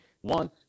One